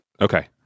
Okay